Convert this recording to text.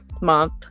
month